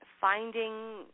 finding –